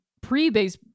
pre-base